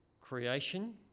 creation